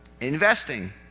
investing